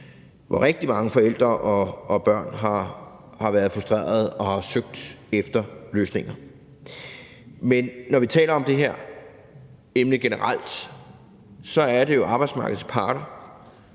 hvor rigtig mange forældre og børn har været frustrerede og har søgt efter løsninger. Men når vi generelt taler om det her emne, er det jo arbejdsmarkedets parter,